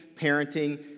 parenting